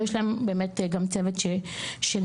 ויש להם גם צוות של נשים,